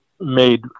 made